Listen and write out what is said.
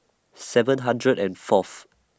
seven hundred and Fourth